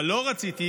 אבל לא רציתי,